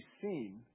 seen